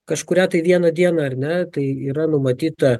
kažkurią tai vieną dieną ar ne tai yra numatyta